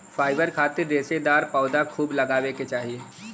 fibre खातिर रेशेदार पौधा खूब लगावे के चाही